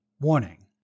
Warning